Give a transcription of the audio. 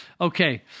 Okay